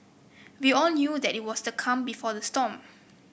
we all knew that it was the calm before the storm